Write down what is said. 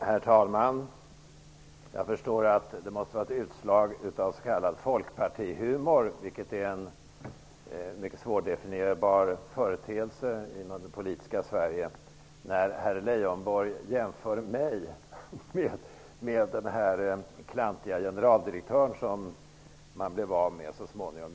Herr talman! Jag förstår att det måste vara ett utslag av s.k. folkpartihumor, vilket är en mycket svårdefinierbar företeelse i det politiska Sverige, när herr Leijonborg jämför mig med den klantiga generaldirektören som vi blev av med så småningom.